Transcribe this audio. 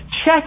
Check